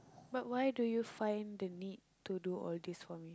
but why do you find the need to do all these for me